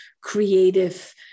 creative